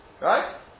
Right